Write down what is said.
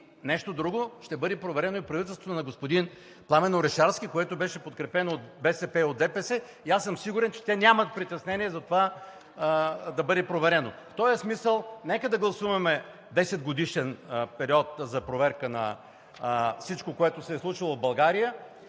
Нещо друго – ще бъде проверено и правителството на господин Пламен Орешарски, което беше подкрепено от БСП и ДПС, и аз съм сигурен, че те нямат притеснения за това да бъде проверено. В този смисъл нека да гласуваме десетгодишен период за проверка на всичко, което се е случвало в България